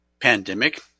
pandemic